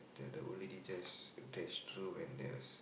the old lady just dash throw when there is